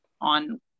on